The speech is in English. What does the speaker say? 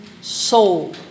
soul